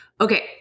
Okay